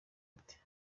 ati